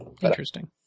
Interesting